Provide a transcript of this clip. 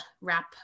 wrap